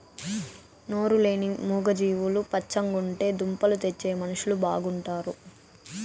నోరు లేని మూగ జీవాలు పచ్చగుంటే దుంపలు తెచ్చే మనుషులు బాగుంటారు